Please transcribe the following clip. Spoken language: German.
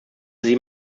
sie